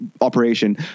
operation